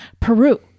Peru